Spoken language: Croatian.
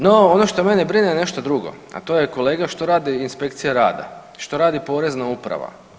No, ono što mene brine je nešto drugo, a to je kolega što radi inspekcija rada, što radi Porezna uprava?